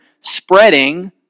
spreading